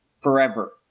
forever